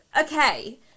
okay